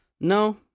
No